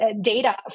data